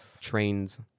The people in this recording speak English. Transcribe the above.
trains